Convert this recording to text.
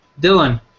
Dylan